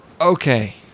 Okay